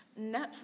Netflix